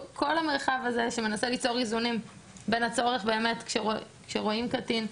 כל המרחב הזה שמנסה ליצור איזונים בין הצורך באמת כשרואים קטין,